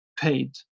paid